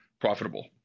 profitable